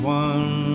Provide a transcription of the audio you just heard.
one